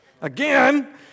Again